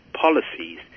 policies